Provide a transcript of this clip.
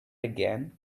again